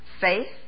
faith